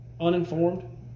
uninformed